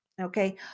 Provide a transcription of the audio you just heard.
Okay